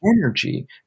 energy